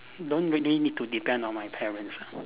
don't really need to depend on my parents ah